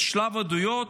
את שלב העדויות,